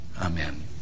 Amen